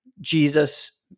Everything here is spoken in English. Jesus